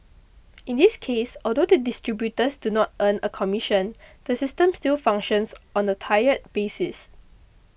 in this case although the distributors do not earn a commission the system still functions on a tiered basis